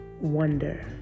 wonder